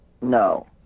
No